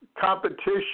competition